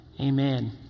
Amen